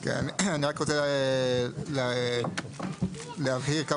כן, אני רק רוצה להבהיר כמה דברים.